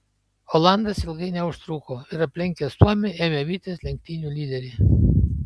olandas ilgai neužtruko ir aplenkęs suomį ėmė vytis lenktynių lyderį